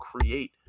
create